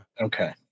okay